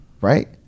right